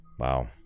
Wow